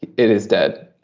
it it is dead.